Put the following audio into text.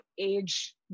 age